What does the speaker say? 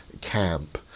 camp